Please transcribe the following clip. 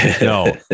No